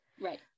Right